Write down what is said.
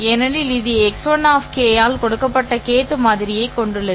ஏனெனில் இது x1 k ஆல் கொடுக்கப்பட்ட kth மாதிரியைக் கொண்டுள்ளது